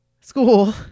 school